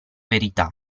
verità